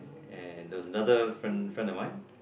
and there was another friend friend of mine